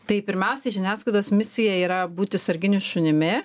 tai pirmiausiai žiniasklaidos misija yra būti sarginiu šunimi